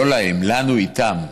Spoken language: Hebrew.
לא להם אלא לנו איתם,